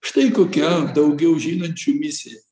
štai kokia daugiau žinančių misija